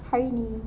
hari ini